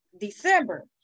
December